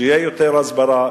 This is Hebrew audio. שיהיו יותר הסברה,